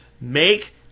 make